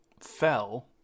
fell